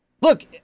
Look